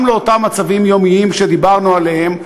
לאותם מצבים יומיומיים שדיברנו עליהם,